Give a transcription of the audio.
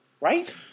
Right